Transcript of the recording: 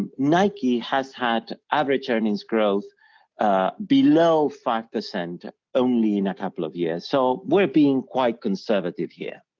and nike has had average earnings growth below five percent only in a couple of years. so we're being quite conservative here.